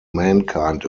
mankind